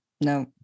no